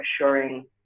assuring